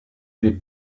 des